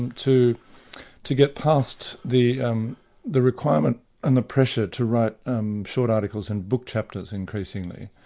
and to to get past the um the requirement and the pressure to write um short articles in book chapters increasingly,